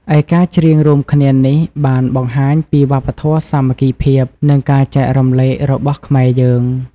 ឯការច្រៀងរួមគ្នានេះបានបង្ហាញពីវប្បធម៌សាមគ្គីភាព និងការចែករំលែករបស់ខ្មែរយើង។